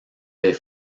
des